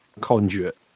conduit